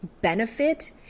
benefit